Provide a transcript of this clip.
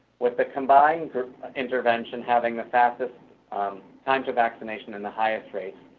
with the combined group intervention having the fastest time to vaccination and the highest rates,